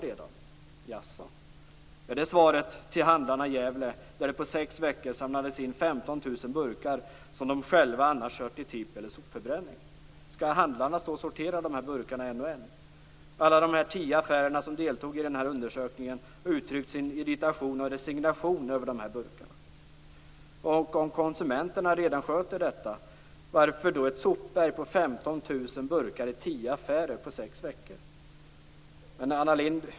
Jaså, är det svaret till handlarna i Gävle, där det under sex veckor samlades in 15 000 burkar som de själva annars skulle ha kört till tippen eller sopförbränning. Skall handlarna stå och sortera dessa burkar en och en? Alla de tio affärer som deltog i denna undersökning har uttryckt sin irritation och resignation över dessa burkar. Om konsumenterna redan sköter detta, varför då ett sopberg omfattande 15 000 burkar i tio affärer på sex veckor?